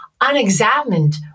unexamined